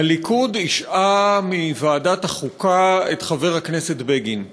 הליכוד השעה מוועדת החוקה את חבר הכנסת בגין.